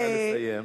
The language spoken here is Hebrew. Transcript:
נא לסיים.